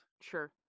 sure